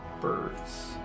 birds